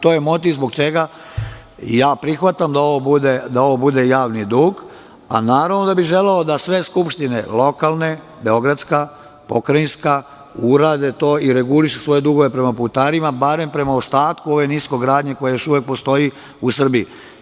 To je motiv zbog čega prihvatam da ovo bude javni dug, a naravno da bih želeo da sve skupštine, lokalne, beogradska, pokrajinska urade to i regulišu svoje dugove prema putarima, barem prema ostatku ove niskogradnje koja još uvek postoji u Srbiji.